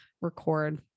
record